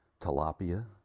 tilapia